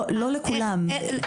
לא לכולם.